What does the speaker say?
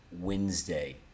wednesday